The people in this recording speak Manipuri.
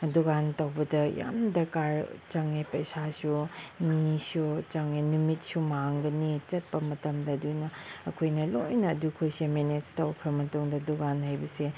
ꯗꯨꯀꯥꯟ ꯇꯧꯕꯗ ꯌꯥꯝ ꯗꯔꯀꯥꯔ ꯆꯪꯉꯦ ꯄꯩꯁꯥꯁꯨ ꯃꯤꯁꯨ ꯆꯪꯉꯦ ꯅꯨꯃꯤꯠꯁꯨ ꯃꯥꯡꯒꯅꯤ ꯆꯠꯄ ꯃꯇꯝꯗ ꯑꯗꯨꯅ ꯑꯩꯈꯣꯏꯅ ꯂꯣꯏꯅ ꯑꯗꯨꯈꯣꯏꯁꯦ ꯃꯦꯅꯦꯖ ꯇꯧꯈ꯭ꯔ ꯃꯇꯨꯡꯗ ꯗꯨꯀꯥꯟ ꯍꯥꯏꯕꯁꯦ